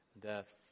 death